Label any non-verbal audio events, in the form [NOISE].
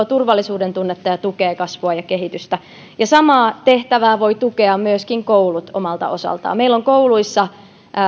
[UNINTELLIGIBLE] turvallisuuden tunnetta ja tukee kasvua ja kehitystä ja samaa tehtävää voi tukea myöskin koulut omalta osaltaan meillä on kouluissa